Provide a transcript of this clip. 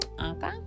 okay